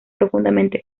profundamente